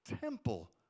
temple